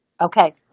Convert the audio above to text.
Okay